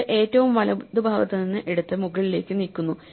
ഇത് എല്ലാം വലതുഭാഗത്ത് നിന്ന് എടുത്ത് മുകളിലേക്ക് നീക്കുന്നു